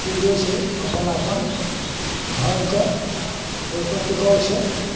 पुजै छै अपन अपन धरमकेँ ओहिपर टिकाउ छै